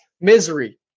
misery